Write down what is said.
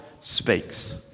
speaks